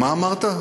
מה אמרת?